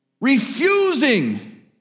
refusing